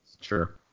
sure